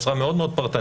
בצורה מאוד פרטנית,